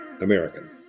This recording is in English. American